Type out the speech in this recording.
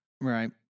Right